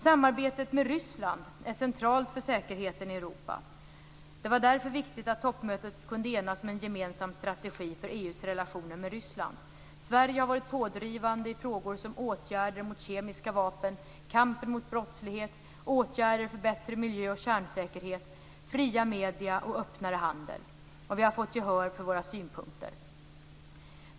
Samarbetet med Ryssland är centralt för säkerheten i Europa. Det var därför viktigt att toppmötet kunde enas om en gemensam strategi för EU:s relationer med Ryssland. Sverige har varit pådrivande i frågor som åtgärder mot kemiska vapen, kampen mot brottslighet, åtgärder för bättre miljö och kärnsäkerhet, fria medier och öppnare handel. Vi har fått gehör för våra synpunkter.